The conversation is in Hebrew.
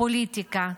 פוליטיקה,